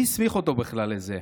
מי הסמיך אותו בכלל לזה?